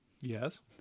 Yes